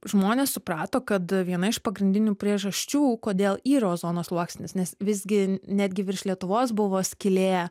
žmonės suprato kad viena iš pagrindinių priežasčių kodėl yra ozono sluoksnis nes visgi netgi virš lietuvos buvo skylė